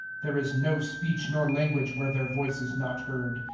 there is no speech nor language, where their voice is not heard.